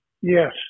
Yes